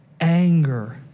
anger